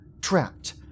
Trapped